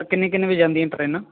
sir ਕਿੰਨੇ ਕਿੰਨੇ ਵਜ੍ਹੇ ਜਾਂਦੀਆਂ ਟ੍ਰੇਨਾਂ